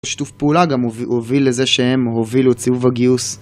שיתוף פעולה גם הוביל לזה שהם הובילו את סיבוב הגיוס